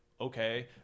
okay